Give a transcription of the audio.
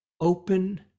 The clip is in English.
open